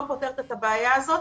לא פותרת את הבעיה הזאת.